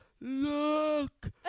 look